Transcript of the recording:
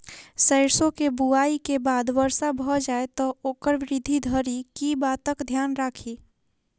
सैरसो केँ बुआई केँ बाद वर्षा भऽ जाय तऽ ओकर वृद्धि धरि की बातक ध्यान राखि?